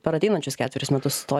per ateinančius ketverius metus to